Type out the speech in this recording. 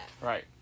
Right